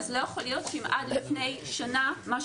אז לא יכול להיות שאם עד לפני שנה במשהו